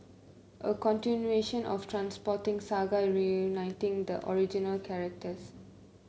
a continuation of Trainspotting saga reuniting the original characters